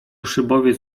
szybowiec